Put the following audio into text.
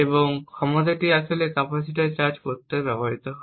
এবং ক্ষমতাটি আসলে ক্যাপাসিটর চার্জ করতে ব্যবহৃত হয়